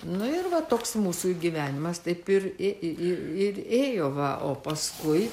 nu ir va toks mūsų gyvenimas taip ir ė ir ėjo va o paskui